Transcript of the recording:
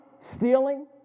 Stealing